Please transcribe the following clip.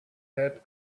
had